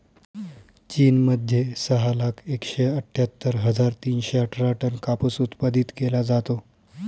चीन मध्ये सहा लाख एकशे अठ्ठ्यातर हजार तीनशे अठरा टन कापूस उत्पादित केला जातो